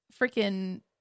freaking